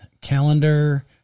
calendar